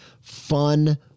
fun